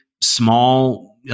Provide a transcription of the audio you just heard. small